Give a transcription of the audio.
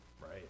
Right